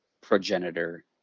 progenitor